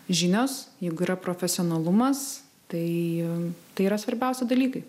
žinios jeigu yra profesionalumas tai tai yra svarbiausi dalykai